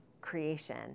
creation